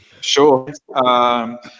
sure